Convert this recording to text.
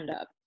up